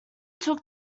took